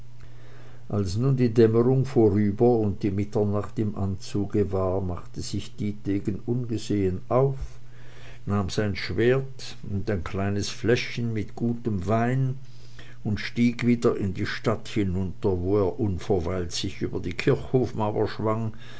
als nun die dämmerung vorüber und die mitternacht im anzuge war machte sich dietegen ungesehen auf nahm sein schwert und ein kleines fläschchen mit gutem wein und stieg wieder in die stadt hinunter wo er unverweilt sich über die kirchhofmauer schwang